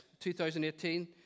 2018